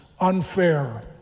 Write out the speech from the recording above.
unfair